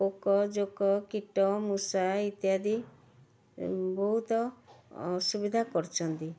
ପୋକ ଜୋକ କିଟ ମୂଷା ଇତ୍ୟାଦି ବହୁତ ଅସୁବିଧା କରୁଛନ୍ତି